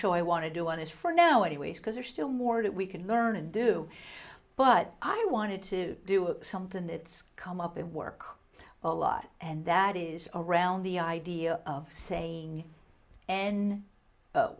show i want to do on is for now anyways because there's still more that we can learn and do but i wanted to do something that's come up at work a lot and that is around the idea of saying and